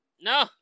No